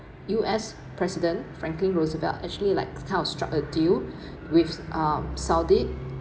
U_S president franklin roosevelt actually like kind of struck a deal with uh saudi